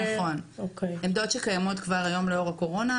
עמדות שקיימות כבר היום לאור הקורונה,